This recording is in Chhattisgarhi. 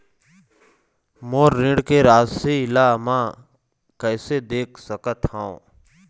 मोर ऋण के राशि ला म कैसे देख सकत हव?